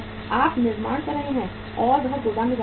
आप निर्माण कर रहे हैं और यह गोदाम में जा रहा है